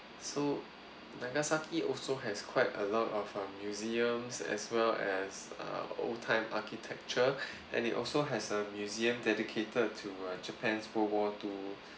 at nagasaki also has quite a lot of uh museums as well as uh old time architecture and it also has a museum dedicated to uh japan's world war two